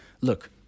Look